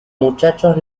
muchachos